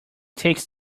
takes